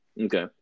Okay